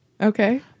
Okay